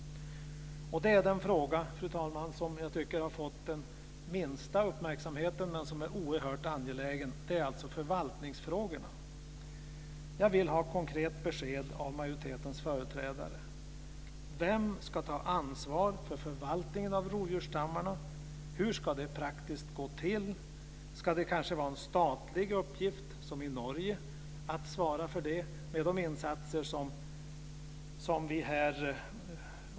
De frågor, fru talman, som jag tycker har fått den minsta uppmärksamheten men som är oerhört angelägna är förvaltningsfrågorna. Jag vill ha ett konkret besked av majoritetens företrädare om vem som ska ta ansvar för förvaltningen av rovdjursstammarna och hur det praktiskt ska gå till. Ska det vara en statlig uppgift som i Norge att svara för viltförvaltningen?